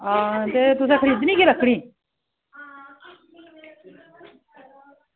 आं चते तुसें खरीदनी केह् लकड़ी